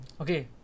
Okay